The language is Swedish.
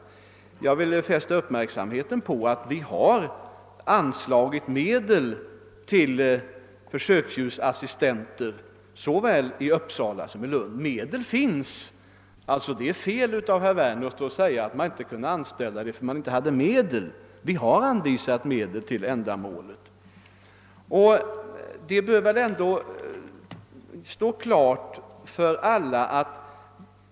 Jag vill fästa uppmärksamheten på att det har anslagits medel för anställande av försöksdjursassistenter både i Uppsala och i Lund. Det är alltså fel när herr Werner säger att man inte kan anställa sådana assistenter därför att medel saknas. Vi har anvisat medel för ändamålet.